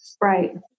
Right